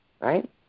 Right